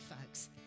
folks